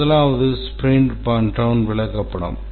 முதலாவது sprint burn down விளக்கப்படம்